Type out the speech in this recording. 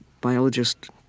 biologist